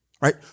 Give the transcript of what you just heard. right